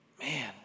Man